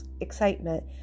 excitement